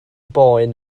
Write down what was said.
boen